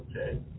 Okay